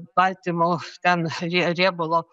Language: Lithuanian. baltymo ten rie riebalo